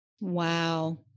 Wow